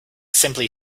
simply